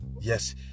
yes